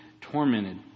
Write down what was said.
tormented